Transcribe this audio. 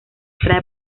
atrae